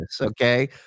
okay